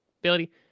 ability